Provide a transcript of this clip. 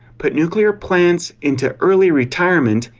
put nuclear plants into early retirement,